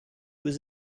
was